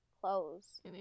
clothes